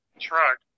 truck